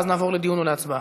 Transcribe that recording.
ואז נעבור לדיון ולהצבעה.